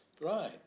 Right